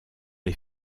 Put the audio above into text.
les